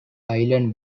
island